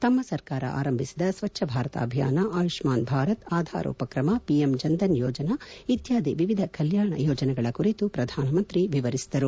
ತಮ್ಮ ಸರ್ಕಾರ ಆರಂಭಿಸಿದ ಸ್ವಚ್ಣಭಾರತ ಅಭಿಯನ ಆಯುಷ್ಟಾನ್ ಭಾರತ್ ಆಧಾರ್ ಉಪಕ್ರಮ ಪಿಎಮ್ ಜನ್ಧನ್ ಯೋಜನಾ ಇತ್ಯಾದಿ ವಿವಿಧ ಕಲ್ಯಾಣ ಯೋಜನೆಗಳ ಕುರಿತು ಪ್ರಧಾನ ಮಂತ್ರಿ ವಿವರಿಸಿದರು